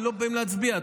הם לא באים להצביע,